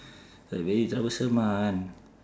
like very troublesome [one]